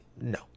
No